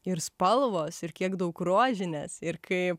ir spalvos ir kiek daug rožinės ir kaip